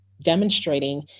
demonstrating